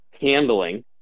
handling